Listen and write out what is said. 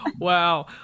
wow